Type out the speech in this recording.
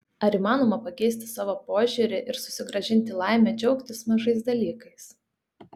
ar įmanoma pakeisti savo požiūrį ir susigrąžinti laimę džiaugtis mažais dalykais